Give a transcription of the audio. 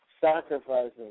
sacrificing